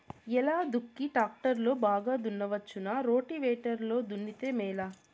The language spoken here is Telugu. ఎలా దుక్కి టాక్టర్ లో బాగా దున్నవచ్చునా రోటివేటర్ లో దున్నితే మేలా?